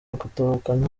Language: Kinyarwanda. gutahukana